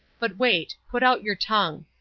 but wait put out your tongue.